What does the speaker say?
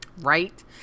Right